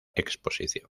exposición